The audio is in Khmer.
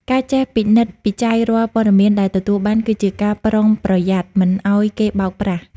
ការចេះពិនិត្យពិច័យរាល់ព័ត៌មានដែលទទួលបាន គឺជាការប្រុងប្រយ័ត្នមិនឱ្យគេបោកប្រាស់។